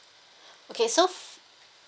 okay so